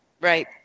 right